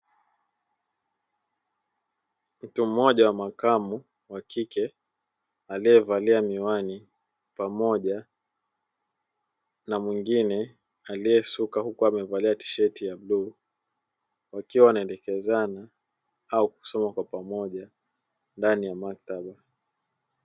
Mtu mmoja wa makamo wakike aliyevalia miwani pamoja na mwingine aliyesuka huku amevalia tisheti ya bluu, wakiwa wanaelekezana au kusoma kwa pamoja ndani ya maktaba.